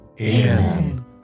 Amen